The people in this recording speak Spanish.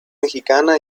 mexicana